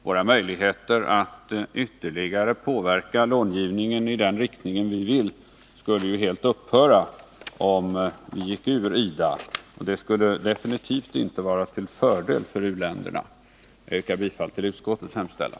Våra möjligheter att ytterligare påverka långivningen i den riktning vi vill skulle ju helt upphöra om vi gick ur IDA. Och det skulle definitivt inte vara till fördel för u-länderna. Jag yrkar bifall till utskottets hemställan.